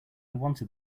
wanted